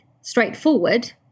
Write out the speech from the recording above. straightforward